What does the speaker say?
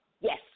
Yes